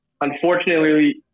unfortunately